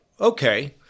okay